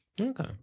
Okay